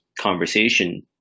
conversation